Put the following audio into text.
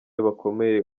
bakomeye